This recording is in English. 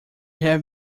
have